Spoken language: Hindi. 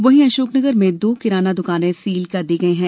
वहीं अशोकनगर में दो किराना दुकाने सील की गई हैं